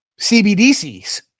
CBDCs